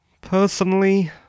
Personally